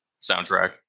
soundtrack